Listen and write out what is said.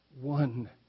one